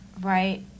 Right